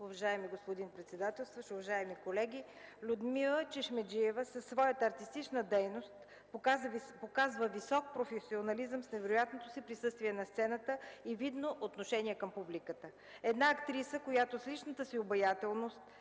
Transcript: Уважаеми господин председател, уважаеми колеги! Людмила Чешмеджиева със своята артистична дейност показва висок професионализъм с невероятното си присъствие на сцената и видно отношение към публиката. Една актриса, която с личната си обаятелност,